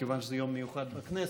מכיוון שזה יום מיוחד בכנסת,